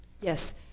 Yes